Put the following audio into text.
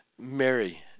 Mary